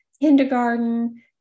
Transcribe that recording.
kindergarten